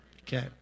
Okay